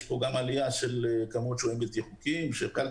יש כאן גם עלייה במספר השוהים הבלתי חוקיים שאחת